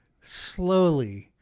slowly